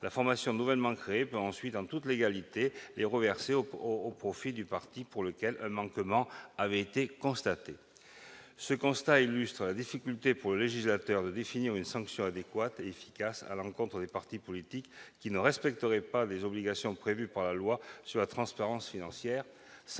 la formation nouvellement créée peut ensuite en toute légalité les reverser au profit du parti pour lequel un manquement avait été constaté. Ce constat illustre la difficulté pour le législateur de définir une sanction adéquate et efficace à l'encontre des partis politiques qui ne respecteraient pas les obligations prévues par la loi sur la transparence financière. Sans